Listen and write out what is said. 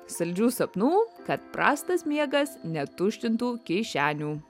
saldžių sapnų kad prastas miegas netuštintų kišenių